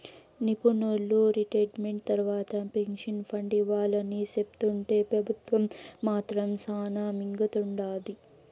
నిపునులు రిటైర్మెంట్ తర్వాత pension fund ఇవ్వాలని సెప్తుంటే పెబుత్వం మాత్రం శానా మింగతండాది